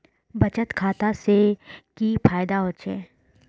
बचत खाता से की फायदा होचे?